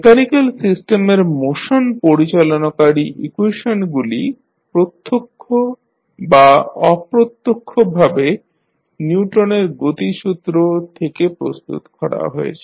mechanical সিস্টেমের motion পরিচালনকারী ইকুয়েশনগুলি প্রত্যক্ষ বা অপ্রত্যক্ষভাবে নিউটনের গতিসূত্র Newton's law of motion থেকে প্রস্তুত করা হয়েছে